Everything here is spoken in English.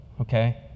okay